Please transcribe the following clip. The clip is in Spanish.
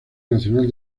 nacional